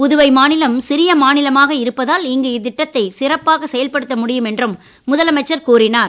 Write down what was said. புதுவை மாநிலம் சிறிய மாநிலமாக இருப்பதால் இங்கு இத்திட்டத்தை சிறப்பாக செயல்படுத்த முடியும் என்றும் முதலமைச்சர் கூறினார்